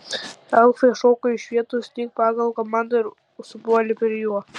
elfai šoko iš vietos lyg pagal komandą ir supuolė prie jo